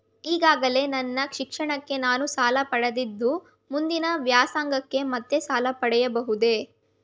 ಈಗಾಗಲೇ ನನ್ನ ಶಿಕ್ಷಣಕ್ಕೆ ನಾನು ಸಾಲ ಪಡೆದಿದ್ದು ಮುಂದಿನ ವ್ಯಾಸಂಗಕ್ಕೆ ಮತ್ತೆ ಸಾಲ ಪಡೆಯಬಹುದೇ?